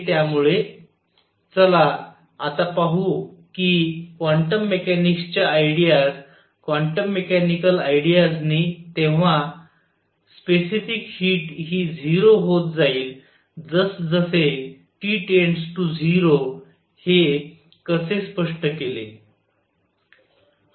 त्यामुळे चला आता पाहू कि क्वान्टम मेकॅनिक्स च्या आयडीयाज क्वांटम मेकॅनिकल आयडीयाज नि तेव्हा स्पेसिफिक हीट हि 0 होत जाईल जस जसे T 0 हे कसे स्पष्ट केले